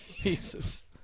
Jesus